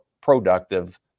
productive